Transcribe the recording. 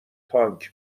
تانک